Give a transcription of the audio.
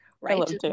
right